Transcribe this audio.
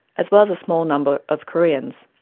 as well as a small number of koreans.